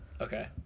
Okay